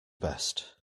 best